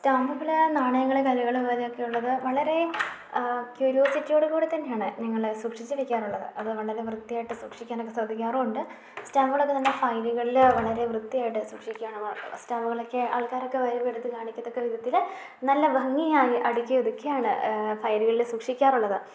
സ്റ്റാമ്പുകൾ നാണയങ്ങൾ കല്ലുകൾ പോലെയൊക്കെയുള്ളത് വളരെ ക്യൂരിയോസിറ്റിയോടുകൂടി തന്നെയാണ് ഞങ്ങൾ സൂക്ഷിച്ചു വെക്കാറുള്ളത് അത് വളരെ വൃത്തിയായിട്ട് സൂക്ഷിക്കാനൊക്കെ ശ്രദ്ധിക്കാറുമുണ്ട് സ്റ്റാമ്പുകളൊക്കെ നല്ല ഫയലുകളിലോ വളരെ വൃത്തിയായിട്ട് സൂക്ഷിക്കുകയാണ് സ്റ്റാമ്പുകളൊക്കെ ആൾക്കാരൊക്കെ വരുമ്പോൾ എടുത്ത് കാണിക്കത്തക്കെ വിധത്തിൽ നല്ല ഭംഗിയായി അടുക്കി ഒതുക്കിയാണ് ഫയലുകളിൽ സൂക്ഷിക്കാറുള്ളത്